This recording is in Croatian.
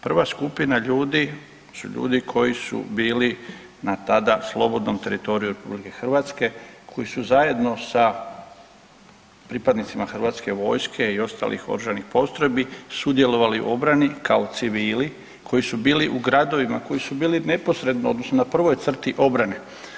Prva skupina ljudi su ljudi koji su bili na tada slobodnom teritoriju RH koji su zajedno sa pripadnicima hrvatske vojske i ostalih oružanih postrojbi sudjelovali u obrani kao civili koji su bili u gradovima, koji su bili neposredno odnosno na prvoj crti obrane.